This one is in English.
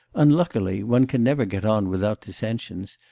unluckily, one can never get on without dissensions,